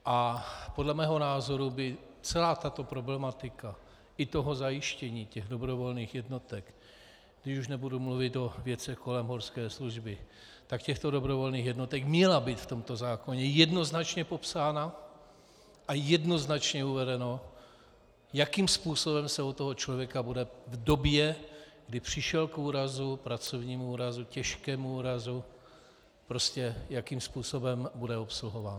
A podle mého názoru by celá tato problematika i toho zajištění dobrovolných jednotek, když už nebudu mluvit o věcech kolem horské služby, tak těchto dobrovolných jednotek měla být v tomto zákoně jednoznačně popsána a jednoznačně uvedeno, jakým způsobem člověk v době, kdy přišel k úrazu, k pracovnímu úrazu, těžkému úrazu, bude obsluhován.